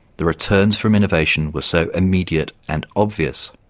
the returns from innovation were so immediate and obvious.